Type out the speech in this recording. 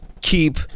keep